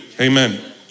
Amen